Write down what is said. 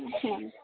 हां